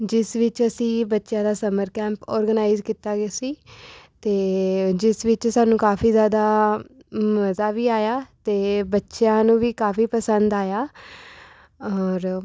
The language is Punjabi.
ਜਿਸ ਵਿੱਚ ਅਸੀਂ ਬੱਚਿਆਂ ਦਾ ਸਮਰ ਕੈਂਪ ਔਰਗਨਾਈਜ਼ ਕੀਤਾ ਗਿਆ ਸੀ ਅਤੇ ਜਿਸ ਵਿੱਚ ਸਾਨੂੰ ਕਾਫੀ ਜ਼ਿਆਦਾ ਮਜ਼ਾ ਵੀ ਆਇਆ ਅਤੇ ਬੱਚਿਆਂ ਨੂੰ ਵੀ ਕਾਫੀ ਪਸੰਦ ਆਇਆ ਔਰ